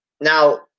Now